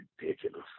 ridiculous